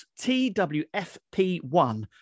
TWFP1